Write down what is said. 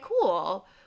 cool